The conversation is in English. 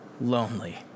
lonely